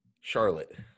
Charlotte